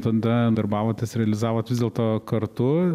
tada darbavotės realizavot vis dėlto kartu